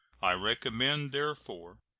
i recommend, therefore,